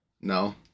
No